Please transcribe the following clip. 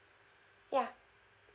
yeah